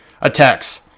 attacks